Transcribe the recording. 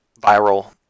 viral